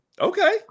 Okay